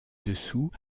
dessous